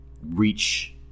reach